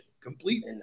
Complete